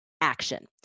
action